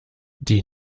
die